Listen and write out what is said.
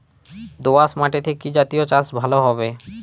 দোয়াশ মাটিতে কি জাতীয় চাষ ভালো হবে?